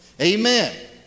Amen